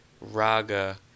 raga